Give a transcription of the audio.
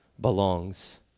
belongs